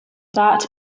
that